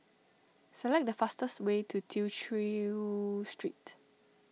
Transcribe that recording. select the fastest way to Tew Chew Street